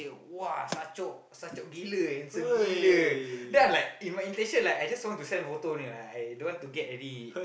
!wah! sachok sachok gila handsome gila then I'm like in my intention I just want to send photo only like I I don't want to get any